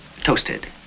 toasted